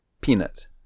peanut